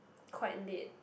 quite late